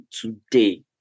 today